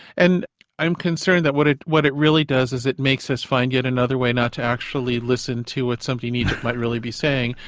and i'm concerned that what it what it really does is it makes us find yet another way not to actually listen to what somebody in egypt might really be saying.